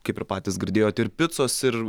kaip ir patys girdėjot ir picos ir